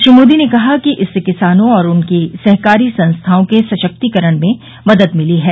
श्री मोदी ने कहा कि इससे किसानों और उनकी सहकारी संस्थाओं के सशक्तीकरण में मदद मिली है